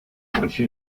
manche